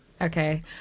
Okay